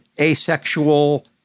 asexual